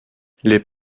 les